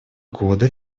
года